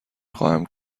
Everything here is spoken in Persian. خواهم